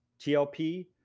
TLP